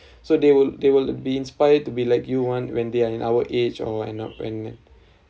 so they will they will be inspired to be like you one when they are in our age or end up and